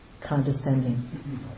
condescending